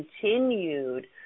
continued